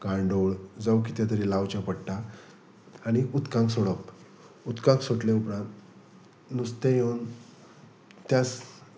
गांयदोळ जांं कितें तरी लावचें पडटा आनी उदकांत सोडप उदकांत सोडले उपरांत नुस्तें येवन त्याच